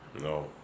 No